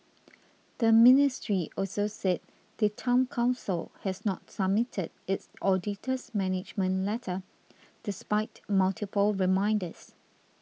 the ministry also said the Town Council has not submitted its auditor's management letter despite multiple reminders